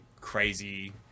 crazy